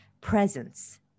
presence